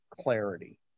clarity